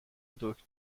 دکتر